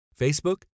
Facebook